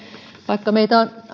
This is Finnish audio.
vaikka meitä on